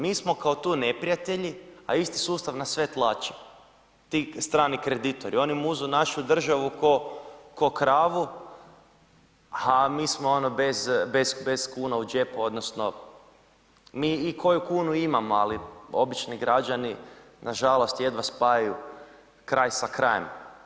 Mi smo kao tu neprijatelji, a isti sustav nas sve tlači, ti strani kreditori, oni muzu našu državu kao kravu, a mi smo ono, bez, bez kune u džepu, odnosno mi i koju kunu imamo, ali obični građani, nažalost jedva spajaju kraj sa krajem.